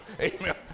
Amen